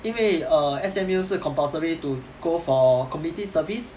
因为 err S_M_U 是 compulsory to go for community service